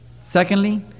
Secondly